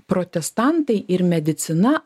protestantai ir medicina